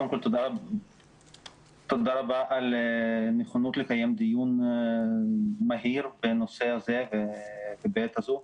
קודם כל תודה רבה על נכונות לקיים דיון מהיר בנושא הזה בעת הזו.